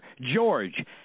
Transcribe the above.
George